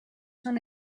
són